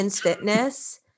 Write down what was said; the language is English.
fitness